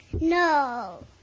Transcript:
No